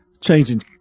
changing